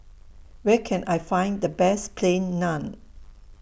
Where Can I Find The Best Plain Naan